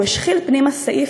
הוא השחיל פנימה סעיף,